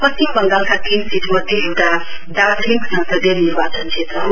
पश्चिम वंगालका तीन सीट मध्ये एउटा दार्जीलिङ ससदीय निर्वाचन क्षेत्र हो